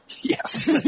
Yes